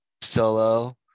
solo